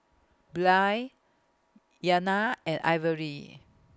Blair Iyana and Ivory